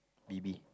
B_B